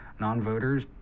Non-voters